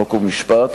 חוק ומשפט